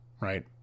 right